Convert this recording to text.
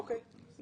אוקיי.